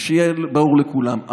שיהיה ברור לכולם,